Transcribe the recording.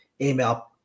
email